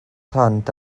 plant